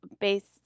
based